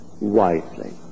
wisely